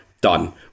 done